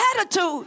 attitude